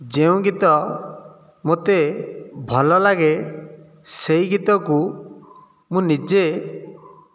ଯେଉଁ ଗୀତ ମୋତେ ଭଲଲାଗେ ସେଇ ଗୀତକୁ ମୁଁ ନିଜେ